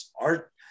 art